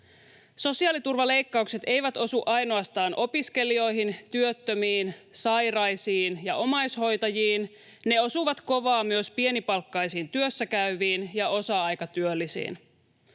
Sosiaaliturvaleikkaukset eivät osu ainoastaan opiskelijoihin, työttömiin, sairaisiin ja omaishoitajiin, ne osuvat kovaa myös pienipalkkaisiin työssäkäyviin ja osa-aikatyöllisiin.